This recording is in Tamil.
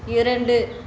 இரண்டு